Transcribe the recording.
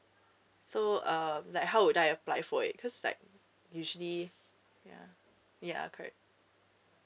so um like how would I apply for it because like usually ya ya correct